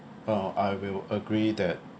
uh I will agree that